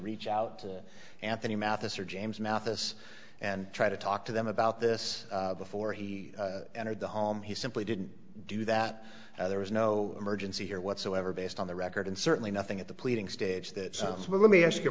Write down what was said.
reach out to anthony mathis or james mathis and try to talk to them about this before he entered the home he simply didn't do that there was no emergency here whatsoever based on the record and certainly nothing at the pleading stage that sounds well let me ask